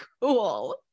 cool